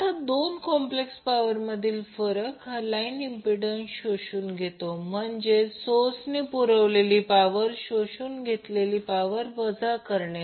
आता दोन फ्लेक्स पॉवर मधील फरक हा लाईन इंम्प्पिडन्स शोषून घेतो म्हणजेच सोर्सने पुरवलेली पॉवर शोषून घेतलेली पॉवर वजा करणे